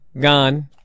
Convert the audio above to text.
gone